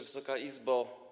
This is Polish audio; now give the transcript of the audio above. Wysoka Izbo!